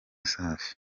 safi